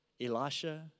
Elisha